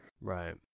Right